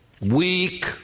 weak